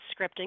scripting